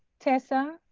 tessa?